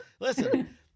Listen